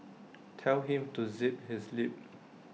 tell him to zip his lip